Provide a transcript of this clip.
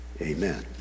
Amen